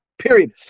period